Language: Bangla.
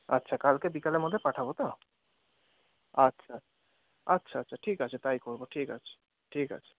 আচ্ছা কালকে বিকেলের মধ্যে পাঠাবো তো আচ্ছা আচ্ছা আচ্ছা ঠিক আছে তাই করব ঠিক আছে ঠিক আছে